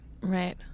right